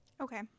Okay